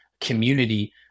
community